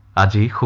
id